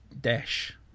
Dash